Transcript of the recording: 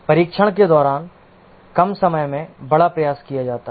परीक्षण के दौरान कम समय में बड़ा प्रयास किया जाता है